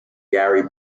gary